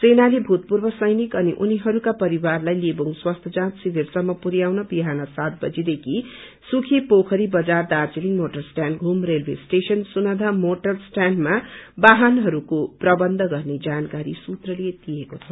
सेनाले भूतपूर्व सैनिक अनि उनिहरूका परिवारलाई लेबुंग स्वास्थ्य जाँच शिविर सम्म पुर्याउन विहान सात बजी देखि सुकेपोखरी बजार Darjeeling motor stand Ghoom railway station Sonada motor स्टैण्डमा वाहनहरूको प्रबन्ध गर्ने जानकारी सूत्रले दिएको छ